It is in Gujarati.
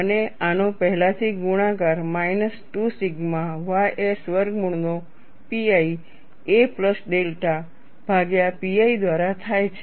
અને આનો પહેલાથી ગુણાકાર માઈનસ 2 સિગ્મા ys વર્ગમૂળનો pi a પ્લસ ડેલ્ટા ભાગ્યા pi દ્વારા થાય છે